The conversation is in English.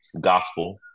gospel